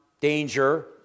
danger